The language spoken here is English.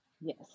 Yes